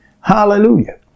Hallelujah